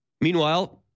Meanwhile